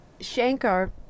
Shankar